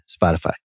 Spotify